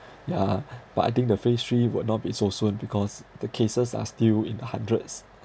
yeah but I think the phase three will not be so soon because the cases are still in the hundreds